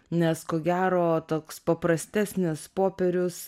nes ko gero toks paprastesnis popierius